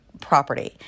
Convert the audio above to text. property